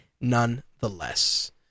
nonetheless